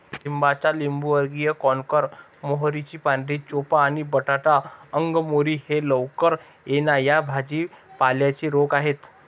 लिंबाचा लिंबूवर्गीय कॅन्कर, मोहरीची पांढरी चेपा आणि बटाटा अंगमेरी हे लवकर येणा या भाजी पाल्यांचे रोग आहेत